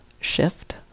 shift